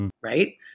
right